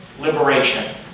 liberation